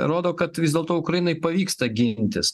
rodo kad vis dėlto ukrainai pavyksta gintis